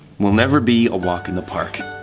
will never be a walk in the park,